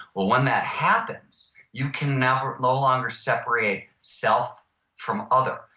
when that happens you can no no longer separate self from other.